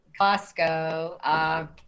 Costco